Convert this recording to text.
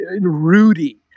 Rudy